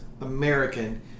American